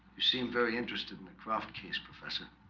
seem very interested in the croft case professor